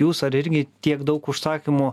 jūs ar irgi tiek daug užsakymų